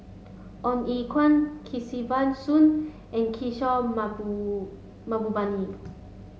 Ong Ye Kung Kesavan Soon and Kishore Mahbubani